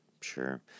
Sure